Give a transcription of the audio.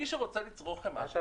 מי שרוצה לצרוך חמאה, שיצרוך חמאה.